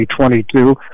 2022